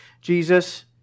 Jesus